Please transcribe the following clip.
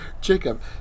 Jacob